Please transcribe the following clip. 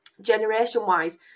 generation-wise